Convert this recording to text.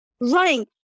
running